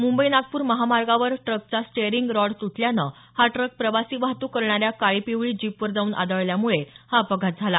मुंबई नागपूर महामार्गावर ट्रकचा steering rod तुटल्यानं हा ट्रक प्रवासी वाहतूक करणाऱ्या काळी पिवळी जीपवर जाऊन आदळल्यामुळे हा अपघात झाला